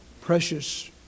Precious